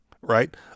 right